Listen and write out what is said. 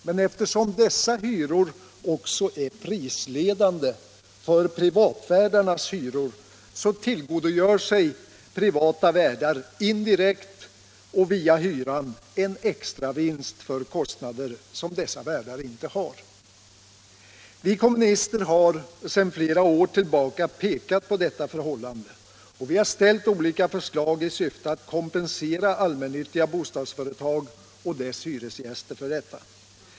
Men eftersom dessa hyror — byggande, m.m. också är prisledande för privatvärdarnas hyror tillgodogör sig privata värdar indirekt och via hyran en extravinst för kostnader som dessa värdar inte har. Vi kommunister har sedan flera år tillbaka pekat på detta förhållande och ställt olika förslag i syfte att kompensera allmännyttiga bostadsföretag och deras hyresgäster för detta.